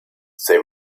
they